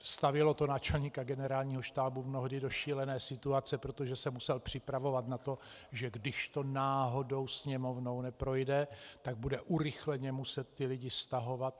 Stavělo to náčelníka Generálního štábu mnohdy do šílené situace, protože se musel připravovat na to, že když to náhodou Sněmovnou neprojde, tak bude urychleně muset ty lidi stahovat.